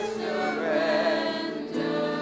surrender